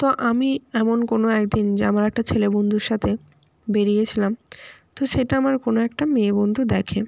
তো আমি এমন কোনো একদিন যে আমার একটা ছেলে বন্ধুর সাথে বেরিয়েছিলাম তো সেটা আমার কোনো একটা মেয়ে বন্ধু দেখে